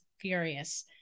furious